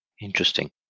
Interesting